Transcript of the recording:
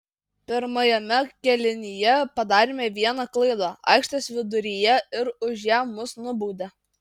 pirmajame kėlinyje padarėme vieną klaidą aikštės viduryje ir už ją mus nubaudė